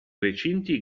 recinti